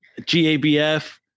GABF